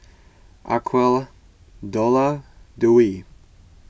Aqeelah Dollah Dwi